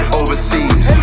overseas